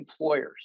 employers